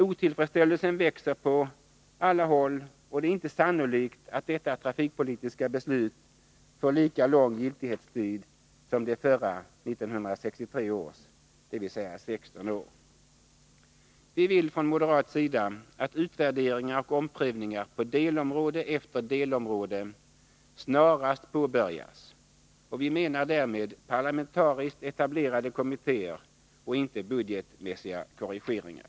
Otillfredsställelsen växer på alla håll, och det är inte sannolikt att detta trafikpolitiska beslut får lika lång giltighetstid som det förra, 1963 års, dvs. 16 år. Vi vill från moderat sida att utvärderingar och omprövningar på delområde efter delområde snarast påbörjas, och vi menar därmed parlamentariskt etablerade kommittéer och inte budgetmässiga korrigeringar.